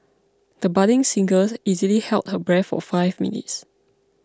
the budding singers easily held her breath for five minutes